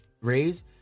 raise